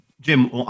Jim